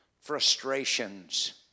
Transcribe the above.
frustrations